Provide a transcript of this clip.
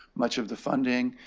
much of the funding,